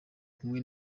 kumwe